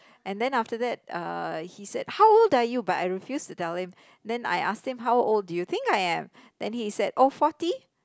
and then after that uh he said how old are you but I refuse to tell him then I ask him how old do you think I am then he said oh forty